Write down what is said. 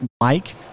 mike